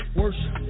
worship